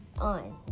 on